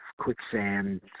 quicksand